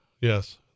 Yes